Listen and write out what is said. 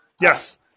Yes